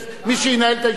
מי שינהל את הישיבה,